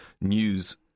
News